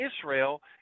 Israel